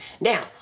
Now